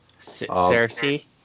Cersei